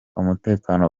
umutekano